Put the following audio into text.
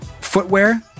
footwear